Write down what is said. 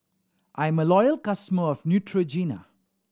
I'm a loyal customer of Neutrogena